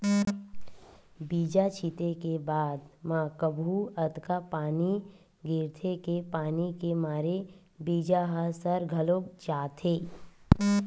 बीजा छिते के बाद म कभू अतका पानी गिरथे के पानी के मारे बीजा ह सर घलोक जाथे